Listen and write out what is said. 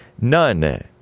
None